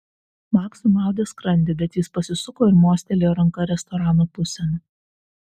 maksui maudė skrandį bet jis pasisuko ir mostelėjo ranka restorano pusėn